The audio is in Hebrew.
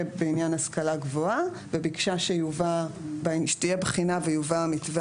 בעניין השכלה גבוהה וביקשה שתהיה בחינה ויובא מתווה